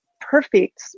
perfect